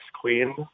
queen